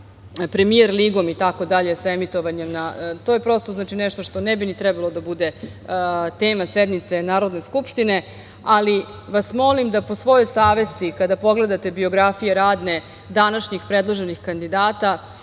„Premijer ligom“ i sa emitovanjem. To je prosto nešto što ne bi trebalo da bude tema sednice Narodne skupštine, ali vas molim da po svojoj savesti, kada pogledate radne biografije današnjih predloženih kandidata,